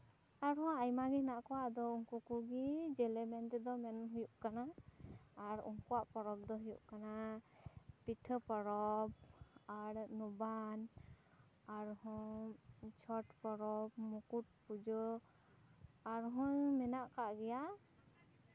ᱟᱨᱦᱚᱸ ᱟᱭᱢᱟ ᱜᱮ ᱢᱮᱱᱟᱜ ᱠᱚᱣᱟ ᱟᱫᱚ ᱩᱱᱠᱩ ᱠᱚᱜᱮ ᱡᱮᱞᱮ ᱢᱮᱱ ᱛᱮᱫᱚ ᱢᱮᱱ ᱦᱳᱭᱳᱜ ᱠᱟᱱᱟ ᱟᱨ ᱩᱱᱠᱩᱣᱟᱜ ᱯᱚᱨᱚᱵᱽ ᱫᱚ ᱦᱳᱭᱳᱜ ᱠᱟᱱᱟ ᱯᱤᱴᱷᱟᱹ ᱯᱚᱨᱚᱵᱽ ᱟᱨ ᱱᱚᱵᱟᱱ ᱟᱨᱦᱚᱸ ᱪᱷᱚᱴ ᱯᱚᱨᱚᱵᱽ ᱢᱩᱠᱩᱴ ᱯᱩᱡᱟᱹ ᱟᱨᱦᱚᱸ ᱢᱮᱱᱟᱜ ᱟᱠᱟᱫ ᱜᱮᱭᱟ